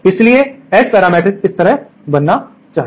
इसलिए S parameter matrix इस तरह बनना चाहिए